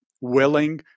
willing